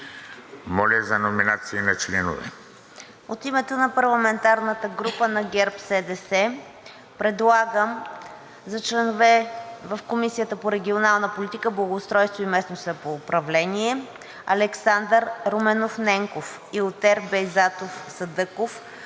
Моля за номинация на членове.